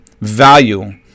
value